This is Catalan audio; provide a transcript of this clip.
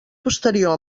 posterior